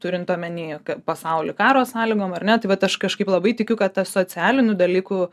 turint omeny pasaulį karo sąlygom ar ne tai vat aš kažkaip labai tikiu kad ta socialinių dalykų